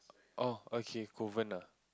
oh okay Kovan ah